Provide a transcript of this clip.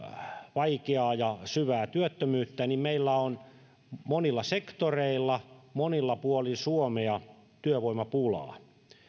vaikeaa ja syvää työttömyyttä meillä on monilla sektoreilla monilla puolin suomea työvoimapulaa